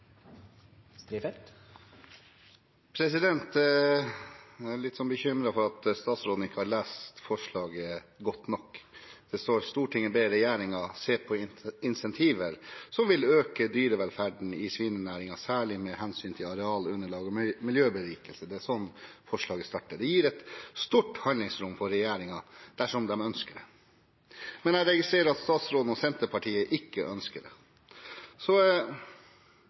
Jeg er litt bekymret for at statsråden ikke har lest forslaget godt nok. Det står: «Stortinget ber regjeringen se på insentiver som vil øke dyrevelferden i svinenæringen, særlig med hensyn til areal, underlag og miljøberikelse Det er slik forslaget starter. Det gir et stort handlingsrom for regjeringen dersom de ønsker det. Men jeg registrerer at statsråden og Senterpartiet ikke ønsker det.